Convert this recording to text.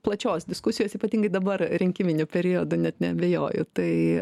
plačios diskusijos ypatingai dabar rinkiminiu periodu net neabejoju tai